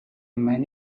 man